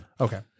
Okay